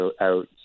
out